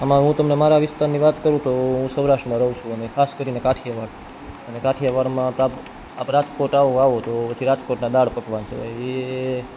આમાં હું તમને મારા વિસ્તારની વાત કરું તો હું સૌરાષ્ટ્રમાં રહું છું અને ખાસ કરીને કાઠિયાવાડ અને કાઠિયાવાડમાં આપ આપ રાજકોટ આવો આવો તો પછી રાજકોટના દાળ પકવાન છે એ